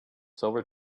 silver